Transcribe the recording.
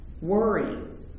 worry